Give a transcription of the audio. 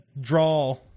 draw